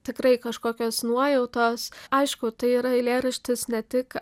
tikrai kažkokios nuojautos aišku tai yra eilėraštis ne tik